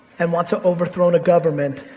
and wants to overthrow and a government,